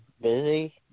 busy